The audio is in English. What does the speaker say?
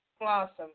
Awesome